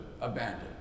abandoned